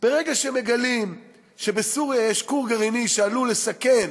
ברגע שמגלים שבסוריה יש כור גרעיני שעלול לסכן